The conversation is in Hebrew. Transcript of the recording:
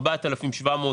הבנתי לגמרי,